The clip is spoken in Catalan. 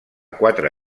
quatre